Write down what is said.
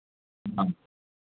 हाँ